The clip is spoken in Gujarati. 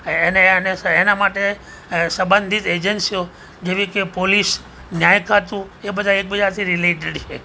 તેને એનેસ તેના માટે સબંધિત એજન્સીઓ જેવી કે પોલીસ ન્યાય ખાતું એ બધા એકબીજાથી રિલેટેડ છે